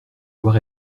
devoir